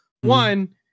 one